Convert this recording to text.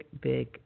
big